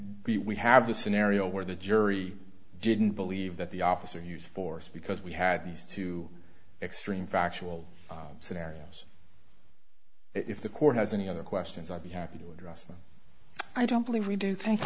and we have a scenario where the jury didn't believe that the officer used force because we had these two extreme factual scenarios if the court has any other questions i'd be happy to address them i don't believe we do thank